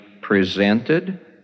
presented